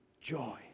joy